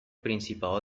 principado